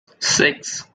six